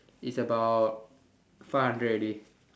is about five hundred already